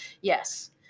Yes